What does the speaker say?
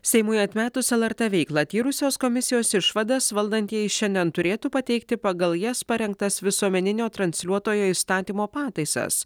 seimui atmetus lrt veiklą tyrusios komisijos išvadas valdantieji šiandien turėtų pateikti pagal jas parengtas visuomeninio transliuotojo įstatymo pataisas